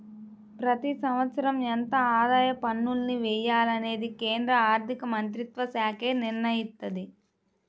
ప్రతి సంవత్సరం ఎంత ఆదాయ పన్నుల్ని వెయ్యాలనేది కేంద్ర ఆర్ధికమంత్రిత్వశాఖే నిర్ణయిత్తది